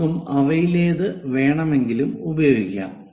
ആർക്കും അവയിലേതു വേണമെങ്കിലും ഉപയോഗിക്കാം